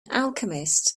alchemist